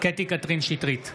קטי קטרין שטרית,